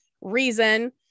reason